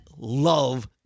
love